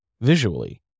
visually